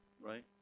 right